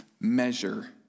measure